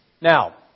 Now